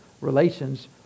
relations